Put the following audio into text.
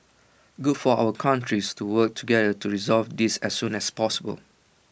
good for our countries to work together to resolve this as soon as possible